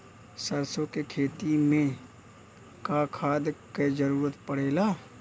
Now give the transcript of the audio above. सरसो के खेती में का खाद क जरूरत पड़ेला?